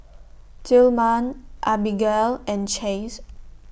Tillman Abigale and Chace